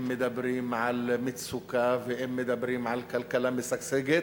אם מדברים על מצוקה ואם מדברים על כלכלה משגשגת,